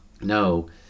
No